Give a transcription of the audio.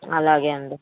అలాగే అండి